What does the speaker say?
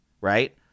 Right